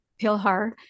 Pilhar